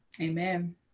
Amen